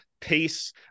pace